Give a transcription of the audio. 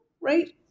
right